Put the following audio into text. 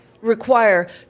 require